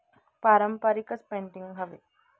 पारंपरिकच painting हवी